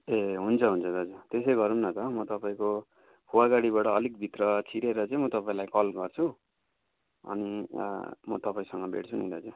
ए हुन्छ हुन्छ दाजु त्यसै गरौँ न त म तपाईँको फुवागडीबाट अलिक भित्र छिरेर चाहिँ म तपाईँलाई कल गर्छु अनि म तपाईँसँग भेट्छु नि दाजु